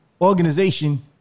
organization